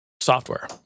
software